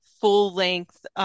full-length